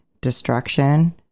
destruction